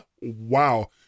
Wow